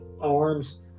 arms